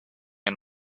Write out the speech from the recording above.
and